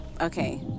Okay